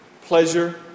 pleasure